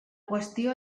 qüestió